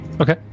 Okay